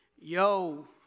yo